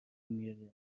نمیاره